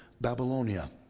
Babylonia